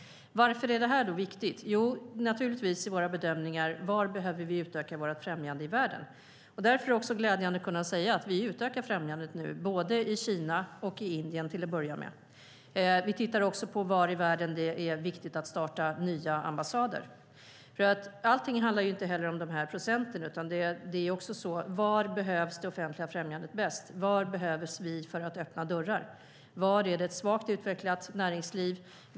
Varför är det viktigt? Det handlar om våra bedömningar av var i världen vi behöver utöka vårt främjande. Därför är det också glädjande att kunna säga att vi utökar främjandet i både Kina och Indien till att börja med. Vi tittar också på var i världen det är viktigt att starta nya ambassader. Allt handlar inte om dessa procent. Var behövs det offentliga främjandet bäst? Var behövs vi för att öppna dörrar? Var är det ett svagt utvecklat näringsliv?